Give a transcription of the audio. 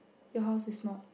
your house is not